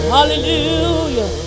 Hallelujah